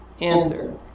Answer